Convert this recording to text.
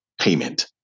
payment